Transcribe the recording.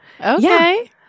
Okay